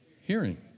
hearing